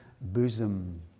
bosom